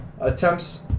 attempts